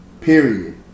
period